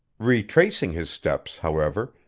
retracing his steps, however,